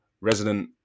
resident